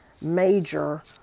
major